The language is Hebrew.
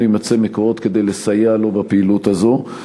להימצא מקורות כדי לסייע לו בפעילות הזאת.